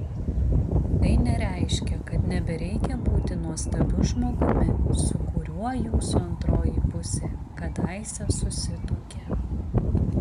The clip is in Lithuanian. tai nereiškia kad nebereikia būti nuostabiu žmogumi su kuriuo jūsų antroji pusė kadaise susituokė